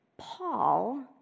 Paul